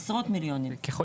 עשרות מיליונים במינימום.